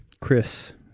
Chris